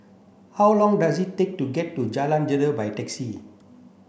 how long does it take to get to Jalan Gelegar by taxi